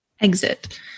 Exit